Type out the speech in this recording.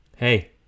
Hey